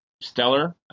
stellar